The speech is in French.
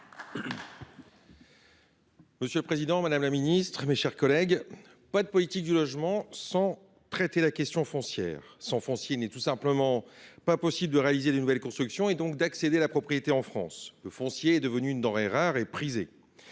Monsieur le président, madame la ministre, mes chers collègues, on ne saurait aborder la question du logement sans traiter la question foncière. Sans foncier, il n’est tout simplement pas possible de réaliser de nouvelles constructions et donc d’accéder à la propriété en France. Le foncier est devenu une denrée rare et prisée.